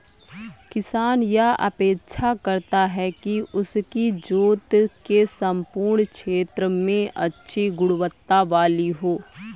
किसान यह अपेक्षा करता है कि उसकी जोत के सम्पूर्ण क्षेत्र में अच्छी गुणवत्ता वाली हो